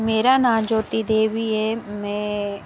मेरा नांऽ ज्योति दवी ऐ में